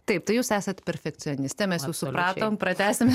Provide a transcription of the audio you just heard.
taip tai jūs esat perfekcionistė mes jau supratom pratęsime